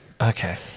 okay